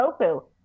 tofu